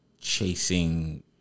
chasing